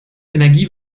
energie